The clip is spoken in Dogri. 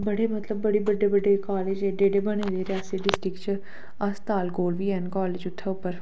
बड़े मतलब बड़े बड्डे बड्डे कालेज एड्डे एड्डे बने दे रियासी डिस्ट्रिक च अस्ताल कोल बी ऐन न कालेज उत्थै उप्पर